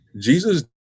Jesus